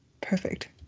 perfect